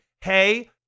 hey